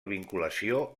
vinculació